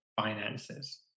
finances